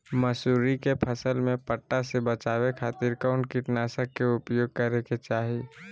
मसूरी के फसल में पट्टा से बचावे खातिर कौन कीटनाशक के उपयोग करे के चाही?